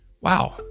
Wow